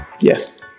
yes